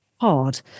hard